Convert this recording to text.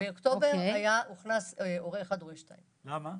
באוקטובר נכנס הורה 1, הורה 2. למה?